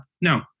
No